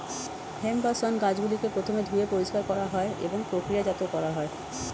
hemp বা শণ গাছগুলিকে প্রথমে ধুয়ে পরিষ্কার করা হয় এবং প্রক্রিয়াজাত করা হয়